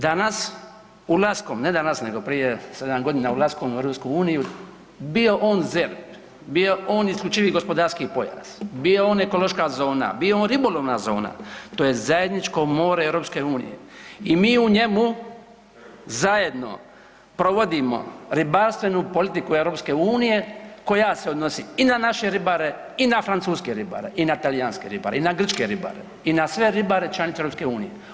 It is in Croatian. Danas ulaskom, ne danas nego prije sedam godina ulaskom u EU bio on ZERP, bio on isključivi gospodarski pojas, bio on ekološka zona, bio on ribolovna zona to je zajedničko more EU i mi u njemu zajedno provodimo ribarstvenu politiku EU koja se odnosi i na naše ribare i na francuske ribare i na talijanske ribare i na grčke ribare i na sve ribare članice EU.